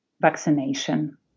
vaccination